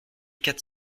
quatre